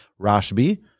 Rashbi